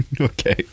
Okay